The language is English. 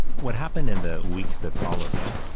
what happened in the weeks that followed, though,